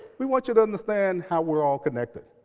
we want you to understand how we're all connected.